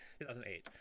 2008